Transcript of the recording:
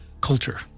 culture